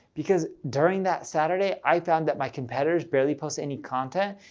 because during that saturday, i found that my competitors barely post any content.